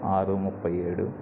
ఆరు ముప్పై ఏడు